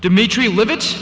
dimitry limits